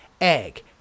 egg